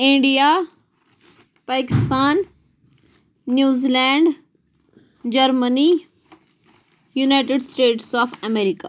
India Pakistan New Zealand Germany United States of America